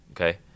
okay